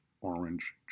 orange